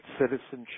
citizenship